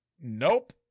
Nope